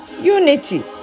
unity